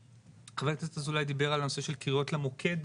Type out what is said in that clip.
חבר הכנסת אזולאי דיבר על הנושא של קריאות למוקד.